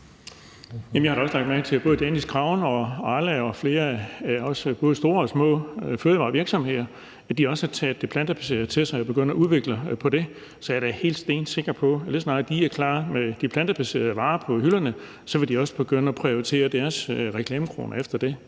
jeg har da også lagt mærke til, at både Danish Crown og Arla og også flere både store og små fødevarevirksomheder også har taget det plantebaserede til sig og er begyndt at udvikle på det. Så jeg er da helt stensikker på, at lige så snart de er klar med de plantebaserede varer på hylderne, vil de også begynde at prioritere deres reklamekroner efter det.